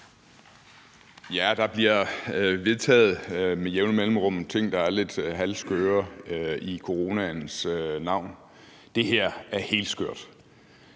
Der bliver med jævne mellemrum vedtaget ting, der er lidt halvskøre, i coronaens navn. Det her er helt skørt.